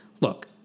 look